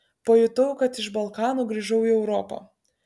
pajutau kad iš balkanų grįžau į europą